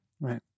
right